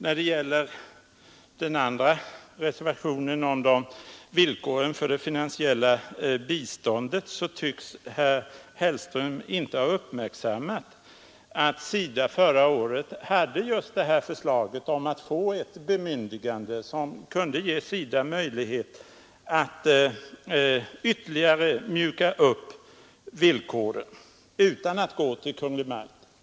När det gäller den andra reservationen, som behandlar villkoren för det finansiella biståndet, tycks herr Hellström inte ha uppmärksammat att SIDA förra året hade lagt fram just det här förslaget om ett bemyndigande, som skulle ge SIDA möjlighet att ytterligare mjuka upp villkoren utan att gå till Kungl. Maj:t.